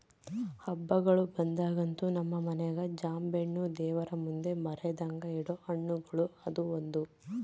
ಹಬ್ಬಗಳು ಬಂದಾಗಂತೂ ನಮ್ಮ ಮನೆಗ ಜಾಂಬೆಣ್ಣು ದೇವರಮುಂದೆ ಮರೆದಂಗ ಇಡೊ ಹಣ್ಣುಗಳುಗ ಅದು ಒಂದು